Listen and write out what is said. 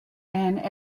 and